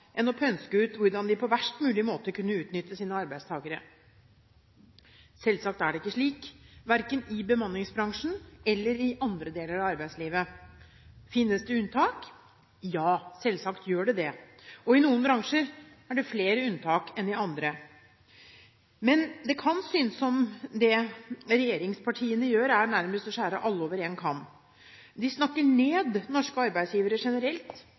enn å pønske ut hvordan de på verst mulig måte kunne utnytte sine arbeidstakere. Selvsagt er det ikke slik, verken i bemanningsbransjen eller i andre deler av arbeidslivet. Finnes det unntak? Ja, selvsagt gjør det det, og i noen bransjer er det flere unntak enn i andre. Men det kan synes som om det regjeringspartiene gjør, er nærmest å skjære alle over én kam. De snakker ned norske arbeidsgivere generelt,